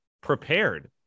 prepared